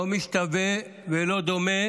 לא משתווה ולא דומה